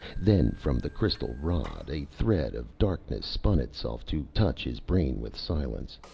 then, from the crystal rod, a thread of darkness spun itself to touch his brain with silence,